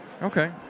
Okay